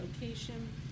location